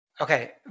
Okay